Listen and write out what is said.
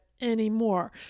anymore